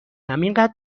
همینقد